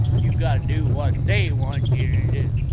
you got to do what they want you do.